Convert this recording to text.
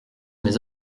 mes